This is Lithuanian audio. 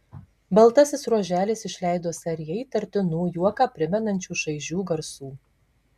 baltasis ruoželis išleido seriją įtartinų juoką primenančių šaižių garsų